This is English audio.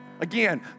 Again